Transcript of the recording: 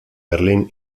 berlín